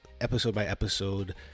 episode-by-episode